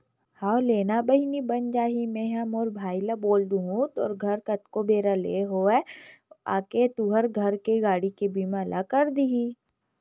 हव लेना ना बहिनी बन जाही मेंहा मोर भाई ल बोल दुहूँ तोर घर कतको बेरा ले होवय आके तुंहर घर के गाड़ी के बीमा ल कर दिही